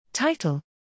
Title